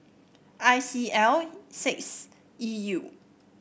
one C L six E U